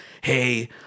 hey